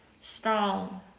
strong